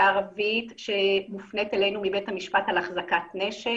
ערבית שמופנית אלינו מבית משפט על החזקת נשק.